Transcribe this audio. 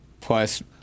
Plus